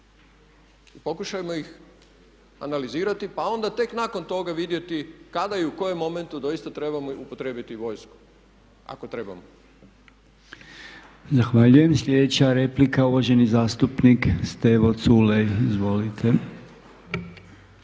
pokušajmo ih analizirati pa onda tek nakon toga vidjeti kada i u kojem momentu doista trebamo upotrijebiti i vojsku, ako trebamo. **Podolnjak, Robert (MOST)** Zahvaljujem. Sljedeća replika uvaženi zastupnik Stevo Culej. Izvolite.